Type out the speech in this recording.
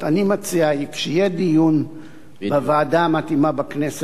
אני מציע שיהיה דיון בוועדה המתאימה בכנסת,